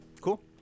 Cool